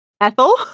Ethel